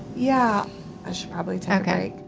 yeah, i should probably take a